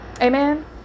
Amen